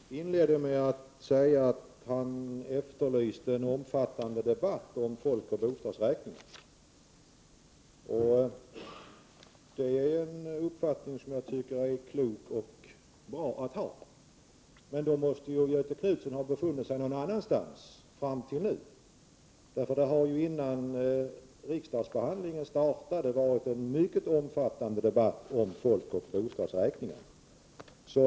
Herr talman! Göthe Knutson inledde med att säga att han efterlyste en omfattande debatt om folkoch bostadsräkningen. Det är en uppfattning som jag tycker är klok och bra. Men då måste Göthe Knutson ha befunnit sig någon annanstans fram till nu. Det har ju innan riksdagsbehandlingen startade varit en mycket omfattande debatt om folkoch bostadsräkningen.